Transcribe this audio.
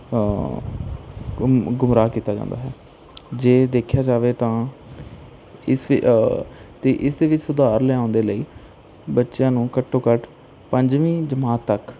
ਗੁੰਮਰਾਹ ਕੀਤਾ ਜਾਂਦਾ ਹੈ ਜੇ ਦੇਖਿਆ ਜਾਵੇ ਤਾਂ ਇਸ ਤੇ ਇਸ ਦੇ ਵਿੱਚ ਸੁਧਾਰ ਲਿਆਣ ਦੇ ਲਈ ਬੱਚਿਆਂ ਨੂੰ ਘੱਟੋ ਘੱਟ ਪੰਜਵੀਂ ਜਮਾਤ ਤੱਕ